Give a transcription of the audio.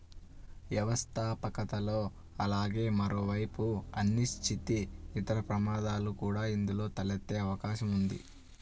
వ్యవస్థాపకతలో అలాగే మరోవైపు అనిశ్చితి, ఇతర ప్రమాదాలు కూడా ఇందులో తలెత్తే అవకాశం ఉంది